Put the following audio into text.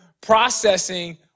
processing